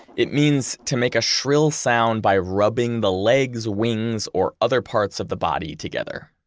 it means to make a shrill sound by rubbing the legs, wings, or other parts of the body together.